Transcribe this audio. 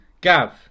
Gav